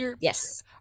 Yes